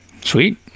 Sweet